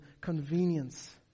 convenience